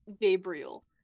Gabriel